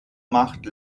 macht